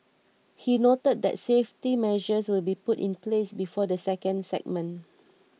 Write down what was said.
he noted that safety measures will be put in place before the second segment